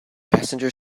passenger